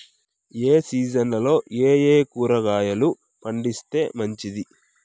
ఏ సీజన్లలో ఏయే కూరగాయలు పండిస్తే మంచిది